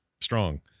strong